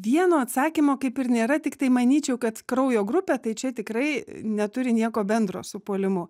vieno atsakymo kaip ir nėra tiktai manyčiau kad kraujo grupė tai čia tikrai neturi nieko bendro su puolimu